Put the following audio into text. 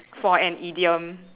for an idiom